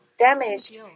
damaged